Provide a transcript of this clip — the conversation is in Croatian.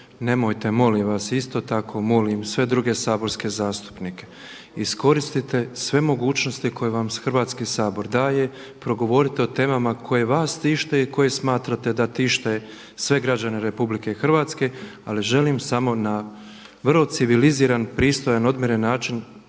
nemojte molim vas. Isto tako tako molim sve druge saborske zastupnike, iskoristite sve mogućnosti koje vam Hrvatski sabor daje, progovorite o temama koje vas tište i koje smatrate da tište sve građane Republike Hrvatske ali želim samo na vrlo civiliziran, pristojan, odmjeren način